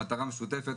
המטרה משותפת,